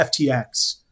FTX